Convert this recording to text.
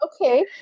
okay